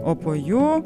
o po jų